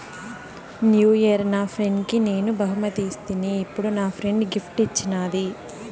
new year నా ఫ్రెండ్కి నేను బహుమతి ఇస్తిని, ఇప్పుడు నా ఫ్రెండ్ గిఫ్ట్ ఇచ్చిన్నాది